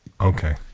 Okay